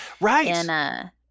Right